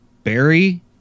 Barry